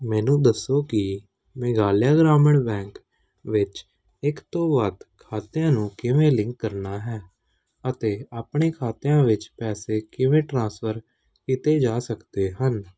ਮੈਨੂੰ ਦੱਸੋ ਕਿ ਮੇਘਾਲਿਆ ਗ੍ਰਾਮੀਣ ਬੈਂਕ ਵਿੱਚ ਇੱਕ ਤੋਂ ਵੱਧ ਖਾਤਿਆਂ ਨੂੰ ਕਿਵੇਂ ਲਿੰਕ ਕਰਨਾ ਹੈ ਅਤੇ ਆਪਣੇ ਖਾਤਿਆਂ ਵਿੱਚ ਪੈਸੇ ਕਿਵੇਂ ਟਰਾਂਸਫਰ ਕੀਤੇ ਜਾ ਸਕਦੇ ਹਨ